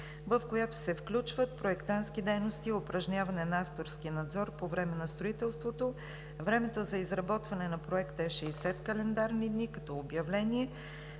в която се включват проектантски дейности и упражняване на авторски надзор по време на строителството. Времето за изработване на проекта е 60 календарни дни, като обявление,